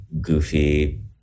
goofy